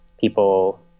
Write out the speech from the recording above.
people